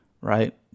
right